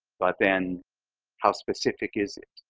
but then how specific is it?